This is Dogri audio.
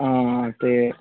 हां ते